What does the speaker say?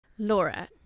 Laura